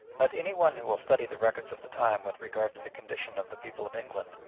let any one who will study the records of the time with regard to the condition of the people of england,